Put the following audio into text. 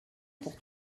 pour